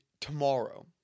tomorrow